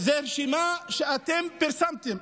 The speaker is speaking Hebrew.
זו רשימה שאתם פרסמתם,